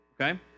Okay